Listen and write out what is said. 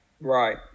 right